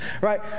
right